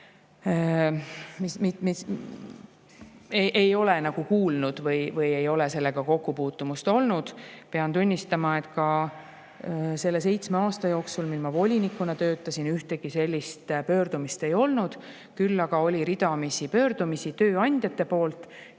ei ole kuulnud või meil ei ole sellega kokkupuutumist olnud. Pean tunnistama, et ka selle seitsme aasta jooksul, mil ma volinikuna töötasin, ühtegi sellist pöördumist ei olnud. Küll aga oli ridamisi pöördumisi tööandjate poolt,